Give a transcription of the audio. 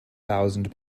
thousand